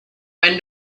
when